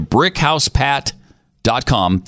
BrickHousePAT.com